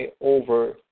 over